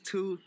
Two